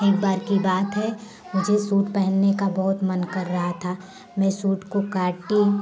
एक बार की बात है मुझे सूट पहनने का बहुत मन कर रहा था मैं सूट को काटी